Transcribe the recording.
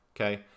okay